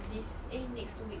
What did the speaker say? this eh next two weeks